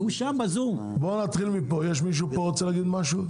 עוד מישהו פה רוצה להגיד משהו?